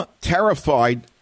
terrified